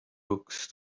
books